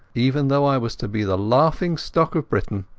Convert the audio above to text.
even though i was to be the laughing-stock of britain.